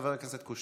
חבר הכנסת קושניר,